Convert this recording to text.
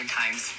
times